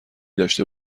داشته